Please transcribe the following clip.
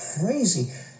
crazy